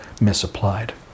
misapplied